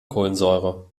kohlensäure